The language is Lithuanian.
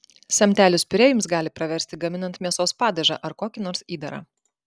samtelis piurė jums gali praversti gaminant mėsos padažą ar kokį nors įdarą